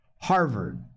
Harvard